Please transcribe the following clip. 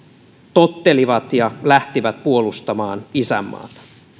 tottelivat ja lähtivät puolustamaan isänmaata